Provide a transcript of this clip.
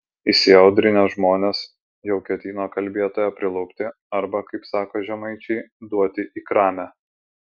įsiaudrinę žmonės jau ketino kalbėtoją prilupti arba kaip sako žemaičiai duoti į kramę